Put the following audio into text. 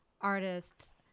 artists